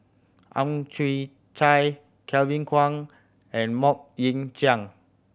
Ang Chwee Chai Kevin Kwan and Mok Ying Jang